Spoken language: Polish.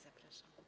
Zapraszam.